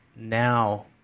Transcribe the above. now